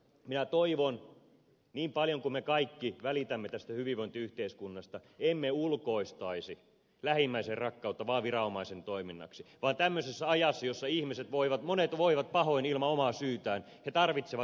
minä toivon niin paljon kuin me kaikki välitämme tästä hyvinvointiyhteiskunnasta että emme ulkoistaisi lähimmäisenrakkautta vain viranomaisen toiminnaksi vaan tämmöisessä ajassa jossa monet ihmiset voivat pahoin ilman omaa syytään he tarvitsevat lähimmäisiä